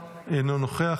אינו נוכח,